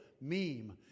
meme